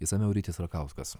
išsamiau rytis rakauskas